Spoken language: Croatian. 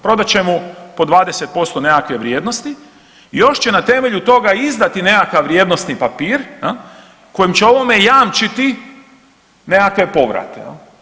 Prodat će mu po 20% nekakve vrijednosti i još će na temelju toga izdati nekakav vrijednosni papir kojem će ovome jamčiti nekakve povrate.